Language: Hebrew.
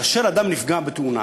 כאשר אדם נפגע בתאונה